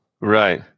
Right